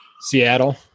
seattle